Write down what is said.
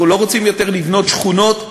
אנחנו לא רוצים יותר לבנות שכונות,